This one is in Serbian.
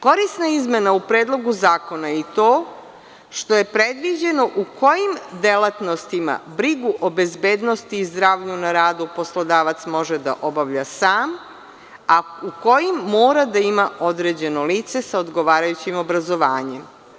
Korisna izmena u Predlogu zakona je i to što je predviđeno u kojim delatnostima brigu o bezbednosti i zdravlju na radu poslodavac može da obavlja sam, a u kojim mora da ima određeno lice sa odgovarajućim obrazovanjem.